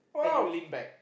!woah!